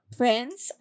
friends